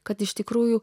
kad iš tikrųjų